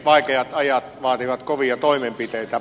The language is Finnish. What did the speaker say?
vaikeat ajat vaativat kovia toimenpiteitä